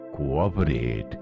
cooperate